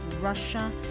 Russia